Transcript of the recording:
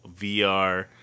VR